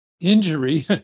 injury